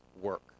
work